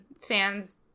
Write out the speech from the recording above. fans